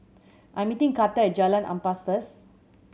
I am meeting Carter at Jalan Ampas first